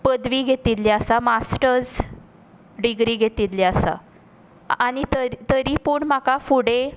पदवी घेतिल्ली आसा मास्टर्स डिग्री घेतिल्ली आसा आनी तरी तरीपूण म्हाका फुडें